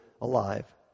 alive